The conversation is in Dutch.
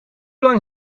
lang